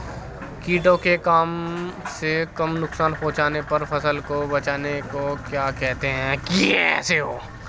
कीटों को कम से कम नुकसान पहुंचा कर फसल को बचाने को क्या कहते हैं?